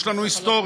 יש לנו היסטוריה,